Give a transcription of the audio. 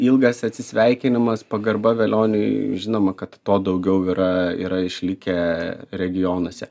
ilgas atsisveikinimas pagarba velioniui žinoma kad to daugiau yra yra išlikę regionuose